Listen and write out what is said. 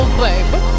baby